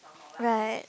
right